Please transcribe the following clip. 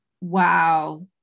Wow